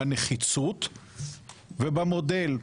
בנחיצות ובמודל.